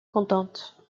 contente